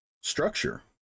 structure